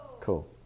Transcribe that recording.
Cool